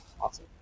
Awesome